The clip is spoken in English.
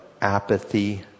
apathy